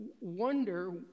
wonder